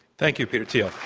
thank you, peter thiel